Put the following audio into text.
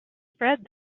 spread